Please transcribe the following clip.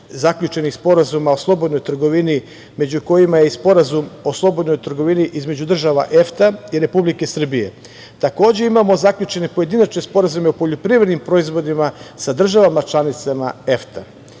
zaključenih sporazuma o slobodnoj trgovini, među kojima je i Sporazum o slobodnoj trgovini između država EFTA i Republike Srbije. Takođe, imamo zaključene pojedinačne sporazume o poljoprivrednim proizvodima sa državama članicama EFTA.